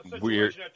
weird